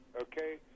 Okay